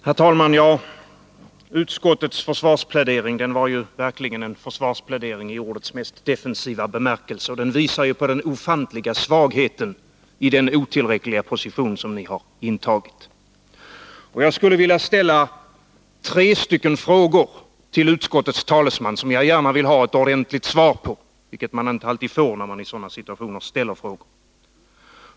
Herr talman! Utskottets försvarsplädering var verkligen en försvarsplädering i ordets mest defensiva bemärkelse. Den visar på den ofantliga svagheten i den otillräckliga position som ni har intagit. Jag skulle vilja ställa tre frågor till utskottets talesman, vilka jag gärna vill ha ett ordentligt svar på — något som maa inte alltid får när man i sådana situationer ställer frågor.